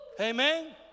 Amen